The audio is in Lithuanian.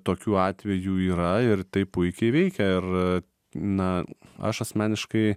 tokių atvejų yra ir tai puikiai veikia ir na aš asmeniškai